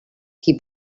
qui